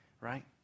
right